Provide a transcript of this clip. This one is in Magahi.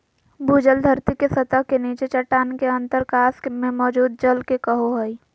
भूजल धरती के सतह के नीचे चट्टान के अंतरकाश में मौजूद जल के कहो हइ